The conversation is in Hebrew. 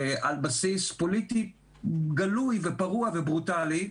על בסיס פוליטי גלוי ופרוע וברוטלי,